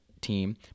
team